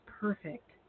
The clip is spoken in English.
perfect